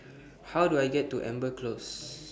How Do I get to Amber Close